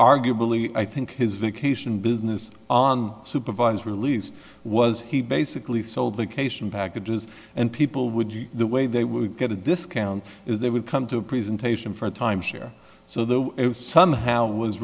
arguably i think his vacation business on supervised release was he basically sold the case in packages and people would use the way they would get a discount if they would come to a presentation for a timeshare so that somehow was